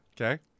Okay